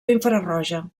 infraroja